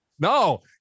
No